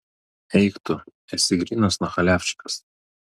eik tu esi grynas nachaliavčikas